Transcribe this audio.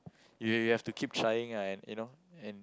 you you have to keep trying and you know and